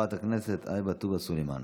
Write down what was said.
חברת הכנסת עאידה תומא סלימאן